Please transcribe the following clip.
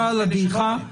אבל הדעיכה,